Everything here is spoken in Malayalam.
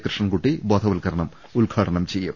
കൃ ഷ്ണൻകുട്ടി ബോധവൽക്കരണം ഉദ്ഘാടനം ചെയ്യും